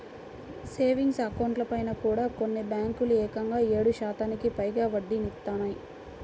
savings అకౌంట్లపైన కూడా కొన్ని బ్యేంకులు ఏకంగా ఏడు శాతానికి పైగా వడ్డీనిత్తన్నాయి